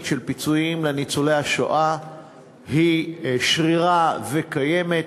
של פיצויים לניצולי השואה שרירה וקיימת,